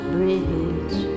Bridge